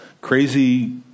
crazy